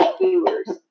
viewers